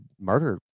murder